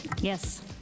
Yes